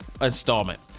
installment